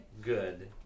good